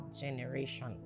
generation